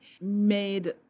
made